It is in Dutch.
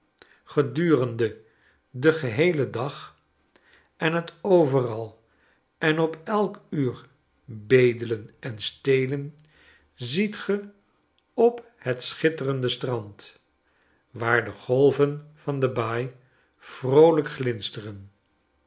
gedurende den geheelen dag en het overal en op elk uur bedelen en stelen ziet ge op het schitterende strand waar de golven van de baai vroolijk glinsteren